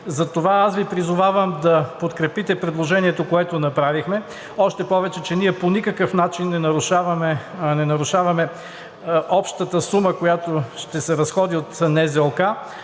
Затова Ви призовавам да подкрепите предложението, което направихме. Още повече ние по никакъв начин не нарушаваме общата сума, която ще се разходи от НЗОК.